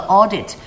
audit